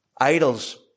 idols